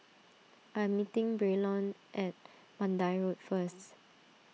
I am meeting Braylon at Mandai Road first